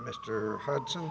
mr hudson